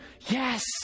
Yes